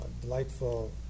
delightful